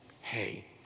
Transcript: hey